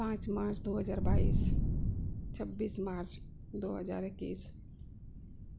पाँच मार्च दो हजार बाइस छब्बीस मार्च दो हजार इक्कैस